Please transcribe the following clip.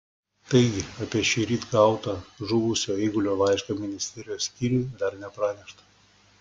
taigi apie šįryt gautą žuvusio eigulio laišką ministerijos skyriui dar nepranešta